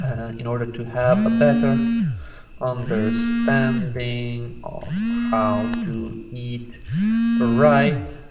in order to have a better understanding of how to eat right